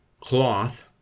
cloth